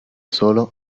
solo